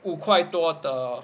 五块多的